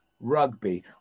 rugby